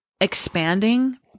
expanding